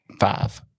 five